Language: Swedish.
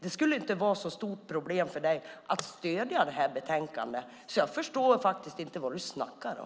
Det borde inte vara ett så stort problem för dig att stödja förslaget i betänkandet, så jag förstår faktiskt inte vad du snackar om.